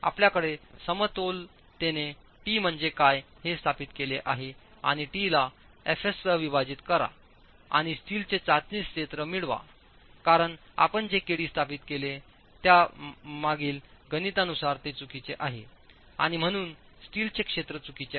आपल्याकडे समतोलतेने T म्हणजे काय हे स्थापित केले आहे आणि T ला fs सह विभाजित करा आणि स्टीलचे चाचणी क्षेत्र मिळवा कारणआपणजे kdस्थापित केलेत्या मागीलगणितेनुसारते चुकीचे आहे आणि म्हणून स्टीलचे क्षेत्र चुकीचे आहे